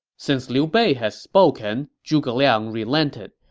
since liu bei has spoken, zhuge liang relented.